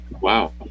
Wow